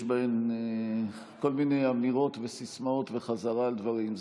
בהן כל מיני אמירות וסיסמאות וחזרה על דברים.